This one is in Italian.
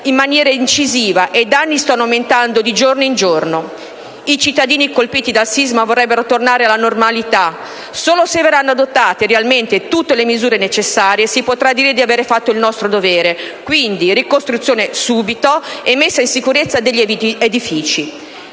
in maniera incisiva e i danni stanno aumentando di giorno in giorno. I cittadini colpiti dal sisma vorrebbero tornare alla normalità. Solo se verranno adottate realmente tutte le misure necessarie, si potrà dire di aver fatto il nostro dovere; quindi ricostruzione subito e messa in sicurezza degli edifici.